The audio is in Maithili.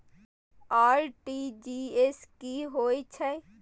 आर.टी.जी.एस की होय छै